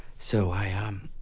so i. um